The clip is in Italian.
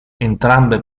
entrambe